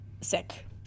sick